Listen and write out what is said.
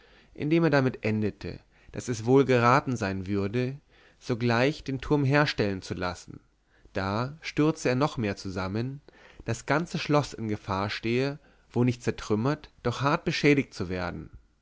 indem er damit endete daß es wohl geraten sein würde sogleich den turm herstellen zu lassen da stürze noch mehr zusammen das ganze schloß in gefahr stehe wo nicht zertrümmert doch hart beschädigt zu werden